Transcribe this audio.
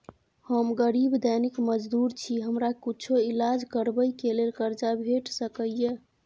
हम गरीब दैनिक मजदूर छी, हमरा कुछो ईलाज करबै के लेल कर्जा भेट सकै इ?